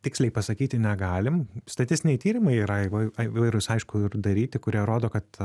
tiksliai pasakyti negalim statistiniai tyrimai yra įvai įvairūs aišku ir daryti kurie rodo kad